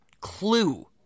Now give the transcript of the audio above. clue